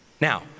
now